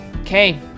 Okay